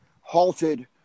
halted